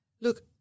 Look